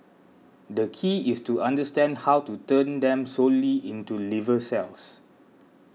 the key is to understand how to turn them solely into liver cells